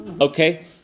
Okay